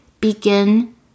begin